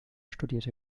studierte